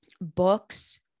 books